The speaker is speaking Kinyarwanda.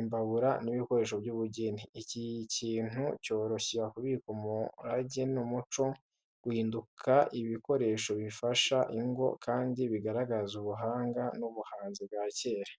imbabura n’ibikoresho by’ubugeni. Iki kintu cyoroshya kubika umurage n’umuco, gihinduka ibikoresho bifasha ingo, kandi bigaragaza ubuhanga n’ubuhanzi bwa kera.